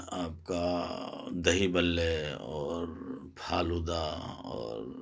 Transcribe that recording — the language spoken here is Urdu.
آپ کا دہی بھلے اور فالودہ اور